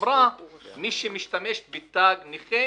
בחומרה מי שמשתמש בתג נכה